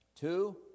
Two